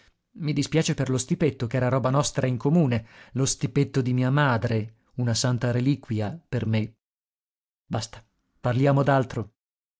i dispiace per lo stipetto ch'era roba nostra in comune lo stipetto di mia madre una santa reliquia per me basta parliamo